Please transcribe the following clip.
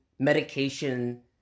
medication